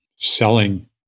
selling